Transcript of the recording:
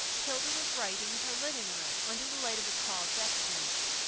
hilda was writing in her living-room, under the light of a tall desk lamp.